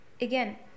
Again